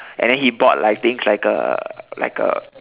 and then he bought like things like a like a